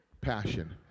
passion